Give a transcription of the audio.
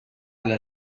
على